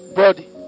body